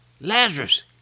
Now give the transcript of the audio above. Lazarus